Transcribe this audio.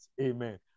Amen